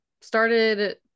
started